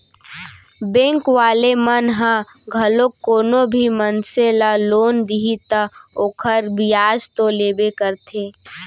bank वाले मन ह घलोक कोनो भी मनसे ल लोन दिही त ओखर बियाज तो लेबे करथे